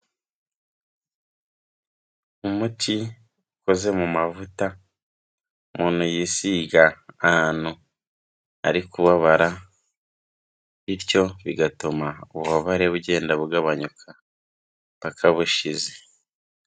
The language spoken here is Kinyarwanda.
Umuti ukoze mu mavuta umuntu yisiga ahantu ari kubabara bityo bigatuma ububabare bugenda bugabanyuka mpaka bushize.